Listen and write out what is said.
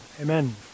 amen